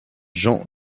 jean